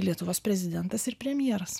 lietuvos prezidentas ir premjeras